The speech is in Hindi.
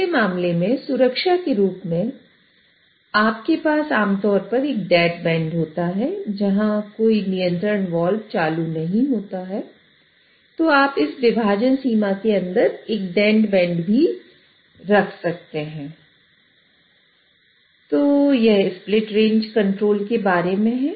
ऐसे मामले में सुरक्षा के रूप में आपके पास आमतौर पर एक डेड बैंड के बारे में है